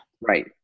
Right